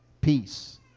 peace